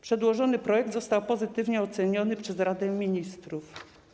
Przedłożony projekt został pozytywnie oceniony przez Radę Ministrów.